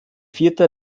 vierte